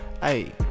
Hey